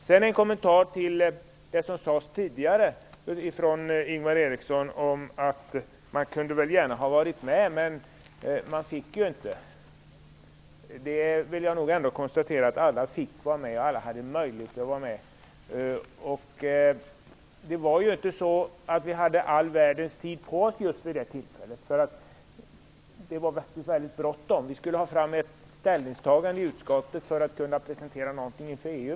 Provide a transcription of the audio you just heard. Sedan en kommentar till det Ingvar Eriksson sade tidigare om att man gärna hade varit med men att man inte fick. Alla fick vara med, alla hade möjlighet att vara med. Det var inte så att vi hade all världens tid på oss. Det var faktiskt väldigt bråttom. Vi skulle komma till ett ställningstagande i utskottet för att kunna presentera det inför EU.